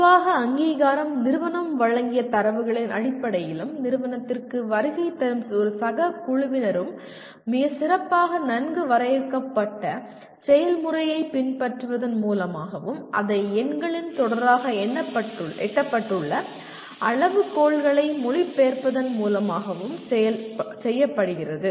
பொதுவாக அங்கீகாரம் நிறுவனம் வழங்கிய தரவுகளின் அடிப்படையிலும் நிறுவனத்திற்கு வருகை தரும் ஒரு சக குழுவினரும் மிகச் சிறப்பாக நன்கு வரையறுக்கப்பட்ட செயல்முறையைப் பின்பற்றுவதன் மூலமாகவும் அதை எண்களின் தொடராக எட்டப்பட்டுள்ள அளவுகோல்களை மொழிபெயர்ப்பதன் மூலமாகவும் செய்யப்படுகிறது